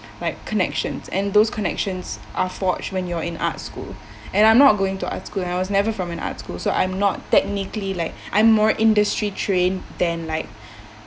like connections and those connections are forged when you're in art school and I'm not going to art school I was never from an art school so I'm not technically like I'm more industry trained than like